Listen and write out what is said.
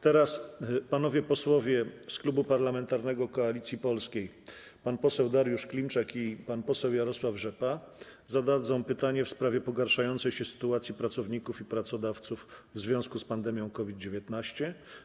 Teraz panowie posłowie z Klubu Parlamentarnego Koalicja Polska Dariusz Klimczak i Jarosław Rzepa zadadzą pytanie w sprawie pogarszającej się sytuacji pracowników i pracodawców w związku z pandemią COVID-19.